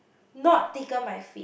not tickle my feet